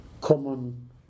common